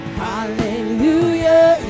hallelujah